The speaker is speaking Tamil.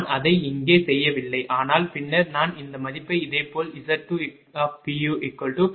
நான் அதை இங்கே செய்யவில்லை ஆனால் பின்னர் நான் இந்த மதிப்பை இதேபோல் Z2 p